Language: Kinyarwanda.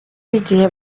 igihe